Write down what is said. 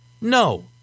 No